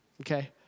okay